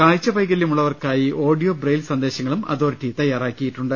കാഴ്ച വൈകല്യ മുള്ളവർക്കായി ഓഡിയോ ബ്രെയ്ൽ സന്ദേശങ്ങളും അതോറിറ്റി തയ്യാറാക്കിയി ട്ടുണ്ട്